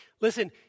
Listen